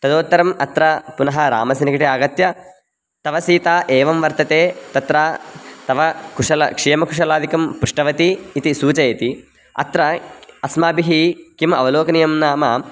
तदुत्तरम् अत्र पुनः रामस्य निकटे आगत्य तव सीता एवं वर्तते तत्र तव कुशलं क्षेमकुशलादिकं पृष्टवती इति सूचयति अत्र अस्माभिः किम् अवलोकनीयं नाम